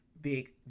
big